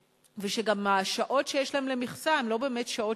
ושגם השעות שיש להם למכסה הן לא באמת שעות